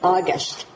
August